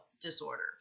disorder